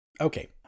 Okay